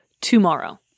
tomorrow